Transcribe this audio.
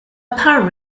apparent